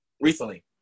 recently